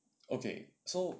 okay so